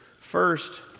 First